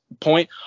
point